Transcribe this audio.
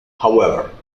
however